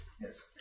Yes